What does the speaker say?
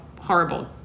horrible